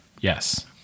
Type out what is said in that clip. yes